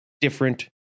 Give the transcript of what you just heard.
different